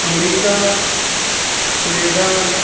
America Canada